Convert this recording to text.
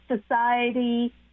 society